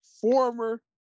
former